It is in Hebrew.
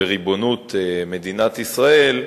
בריבונות מדינת ישראל,